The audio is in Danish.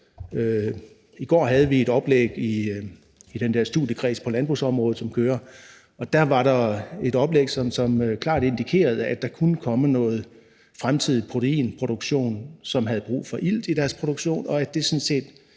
I går havde vi et oplæg i den der studiekreds på landbrugsområdet, som kører, og der var der et oplæg, som klart indikerede, at der kunne komme en fremtidig proteinproduktion, som havde brug for ilt i deres produktion, og at det sådan set